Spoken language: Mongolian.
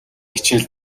хичээл